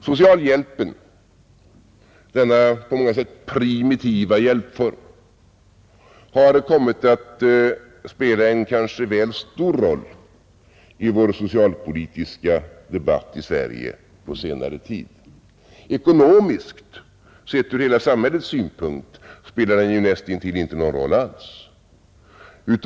Socialhjälpen — denna på rimånga sätt primitiva hjälpform — har kommit att spela en kanske väl stor roll i vår socialpolitiska debatt i Sverige på senare tid. Ekonomiskt, sett ur hela samhällets synpunkt, spelar den näst intill ingen roll alls.